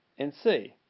and c.